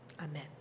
Amen